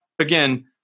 Again